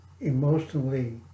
emotionally